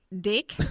dick